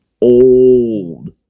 old